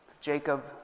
Jacob